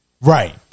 right